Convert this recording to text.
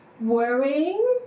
Worrying